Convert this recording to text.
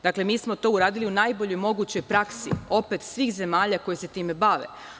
Dakle, mi smo to uradili u najboljoj mogućoj praksi svih zemalja koji se time bave.